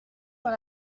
dans